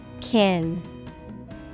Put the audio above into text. Kin